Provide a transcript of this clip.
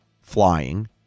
flying